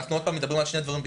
אנחנו מדברים על שני דברים.